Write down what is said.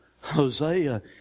Hosea